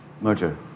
merger